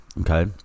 Okay